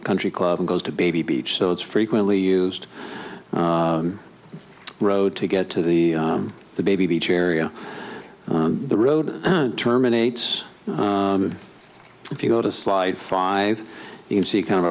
country club and goes to baby beach so it's frequently used road to get to the the baby beach area the road terminates if you go to slide five you can see kind of